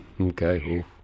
Okay